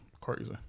crazy